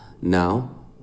now